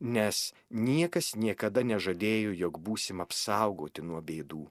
nes niekas niekada nežadėjo jog būsim apsaugoti nuo bėdų